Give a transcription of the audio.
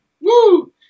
Woo